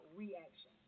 reaction